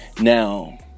Now